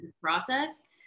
process